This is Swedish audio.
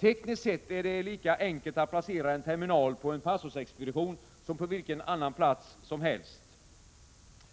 Tekniskt sett är det lika enkelt att placera en terminal på en pastorsexpedition som på vilken annan plats som helst.